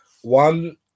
one